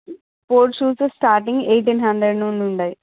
sports shoes starting eighteen hundred నుండి ఉన్నాయి